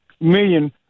million